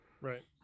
Right